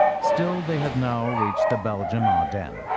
still, they had now reached the belgian ardennes.